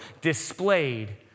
displayed